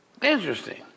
Interesting